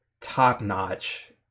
top-notch